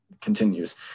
continues